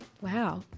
Wow